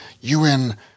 UN